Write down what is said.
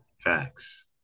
Facts